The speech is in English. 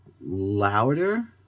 louder